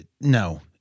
no